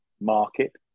market